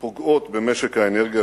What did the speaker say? פוגעות במשק האנרגיה,